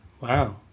Wow